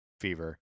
Fever